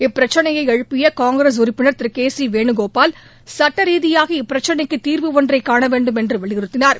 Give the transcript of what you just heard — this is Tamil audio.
இப்பிரச்சனையை எழுப்பிய காங்கிரஸ் உறுப்பினர் திரு கே சி வேணுகோபால் சுட்டரீதியாக இப்பிரச்சனைக்கு தீர்வு ஒன்றை காணவேண்டும் என்று வலியுறுத்தினார்